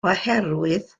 oherwydd